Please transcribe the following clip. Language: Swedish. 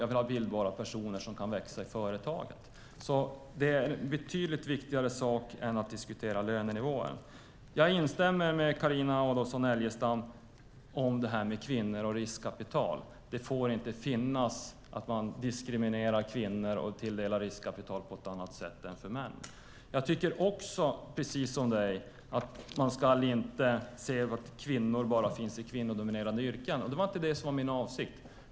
Jag vill ha bildbara personer som kan växa i företaget. Det är alltså en betydligt viktigare sak än att diskutera lönenivåer. Jag instämmer med Carina Adolfsson Elgestam när det gäller kvinnor och riskkapital. Det får inte finnas att man diskriminerar kvinnor och tilldelar riskkapital på ett annat sätt än för män. Jag tycker även, precis som du, att man inte ska säga att kvinnor bara finns i kvinnodominerade yrken. Det var inte det som var min avsikt.